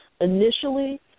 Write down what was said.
initially